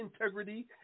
integrity